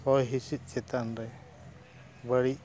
ᱦᱚᱭ ᱦᱤᱸᱥᱤᱫ ᱪᱮᱛᱟᱱ ᱨᱮ ᱵᱟᱹᱲᱤᱡ